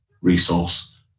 resource